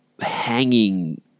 hanging